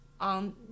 on